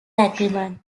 agreement